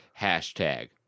hashtag